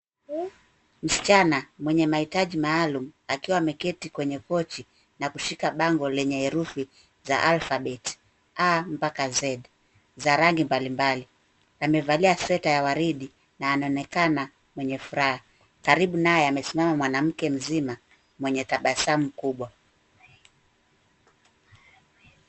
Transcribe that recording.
Msichana mwenye mahitaji maalum akiwa ameketi kwenye kochi na kushika bango lenye herufi za alphabet a mpaka z za rangi mbalimbali. Amevalia sweta ya waridi na anaonekana mwenye furaha. Karibu naye amesimama mwanamke mzima mwenye tabasamu kubwa.